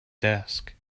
desk